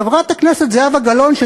חברת הכנסת זהבה גלאון,